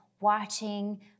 watching